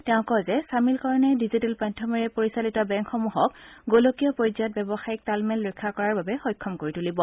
তেওঁ কয় যে চামিলকৰণে ডিজিটেল মাধ্যমেৰে পৰিচালিত বেংকসমূহক গোলকীয় পৰ্য্যায়ত ব্যৱসায়িক তাল মিল ৰক্ষা কৰাৰ বাবে সক্ষম কৰি তুলিব